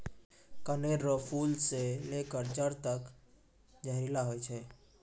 कनेर रो फूल से लेकर जड़ तक जहरीला होय छै